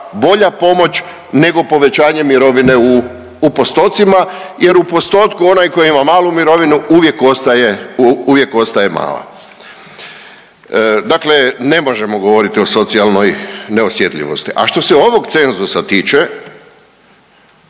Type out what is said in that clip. bolja pomoć nego povećanje mirovine u postocima jer u postotku, onaj tko ima malu mirovinu uvijek ostaje mala. Dakle ne možemo govoriti o socijalnoj neosjetljivosti. A što se ovog cenzusa tiče,